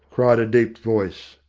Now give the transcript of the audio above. cried a deep voice.